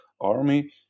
army